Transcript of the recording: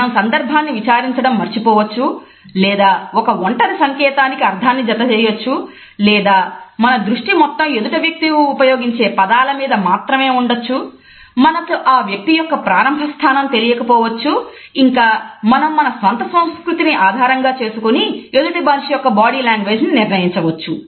మనం సందర్భాన్ని విచారించడం మర్చిపోవచ్చు లేదా ఒక ఒంటరి సంకేతానికి అర్ధాన్ని జత చేయవచ్చు లేదా మన దృష్టి మొత్తం ఎదుటి వ్యక్తి ఉపయోగించే పదాల మీద మాత్రమే ఉండవచ్చు మనకు ఆ వ్యక్తి యొక్క ప్రారంభ స్థానం తెలియకపోవచ్చు ఇంకా మన స్వంత సంస్కృతిని ఆధారంగా చేసుకుని ఎదుటి మనిషి యొక్క బాడీ లాంగ్వేజ్ను నిర్ణయించవచ్చు